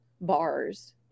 bars